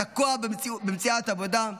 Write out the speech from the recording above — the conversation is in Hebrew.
תקוע במציאת עבודה,